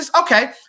okay